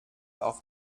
auf